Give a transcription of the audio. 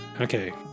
Okay